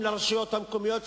ראש הממשלה יודע,